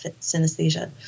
synesthesia